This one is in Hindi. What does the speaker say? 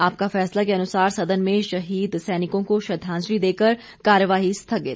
आपका फैसला के अनुसार सदन में शहीद सैनिकों को श्रद्वाजलि देकर कार्यवाही स्थगित